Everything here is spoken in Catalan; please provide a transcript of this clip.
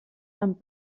sant